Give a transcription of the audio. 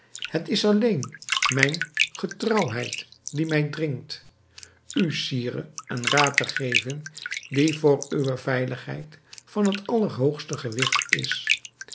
het is alleen mijne getrouwheid die mij dringt u sire een raad te geven die voor uwe veiligheid van het allerhoogste gewigt is